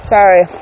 Sorry